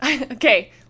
okay